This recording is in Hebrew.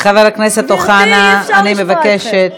חבר הכנסת אוחנה, אני מבקשת